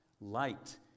light